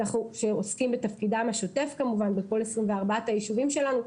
שעוסקים בתפקידם השוטף כמובן בכל 24 היישובים שלנו.